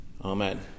Amen